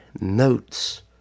notes